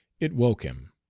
it woke him.